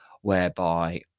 whereby